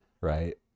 Right